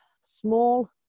small